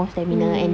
mm